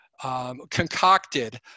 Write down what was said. concocted